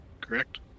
Correct